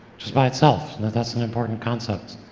just by itself. now, that's an important concept.